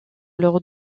leur